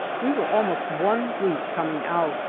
we were almost one week coming out,